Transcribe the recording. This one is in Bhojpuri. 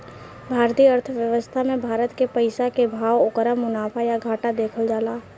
भारतीय अर्थव्यवस्था मे भारत के पइसा के भाव, ओकर मुनाफा या घाटा देखल जाता